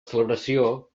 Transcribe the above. celebració